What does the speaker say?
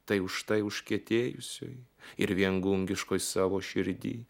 tai užtai užkietėjusioji ir viengungiškoj savo širdy